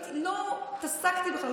לא התעסקתי בכלל,